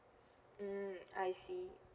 mm I see